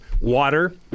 water